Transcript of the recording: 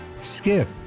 Skip